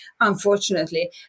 unfortunately